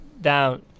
down